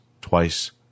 twice